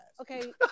okay